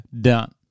done